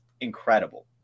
incredible